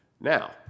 Now